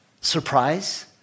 surprise